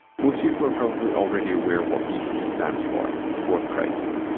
most people are probably already aware what bc stands for before christ.